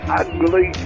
ugly